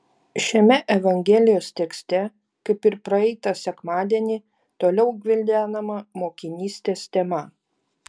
šiame evangelijos tekste kaip ir praeitą sekmadienį toliau gvildenama mokinystės tema